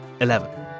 Eleven